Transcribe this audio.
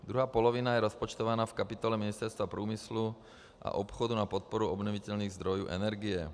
Druhá polovina je rozpočtována v kapitole Ministerstva průmyslu a obchodu na podporu obnovitelných zdrojů energie.